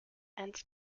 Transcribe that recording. and